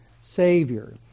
savior